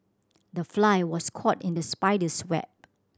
the fly was caught in the spider's web